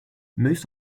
most